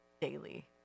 daily